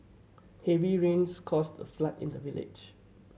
heavy rains caused a flood in the village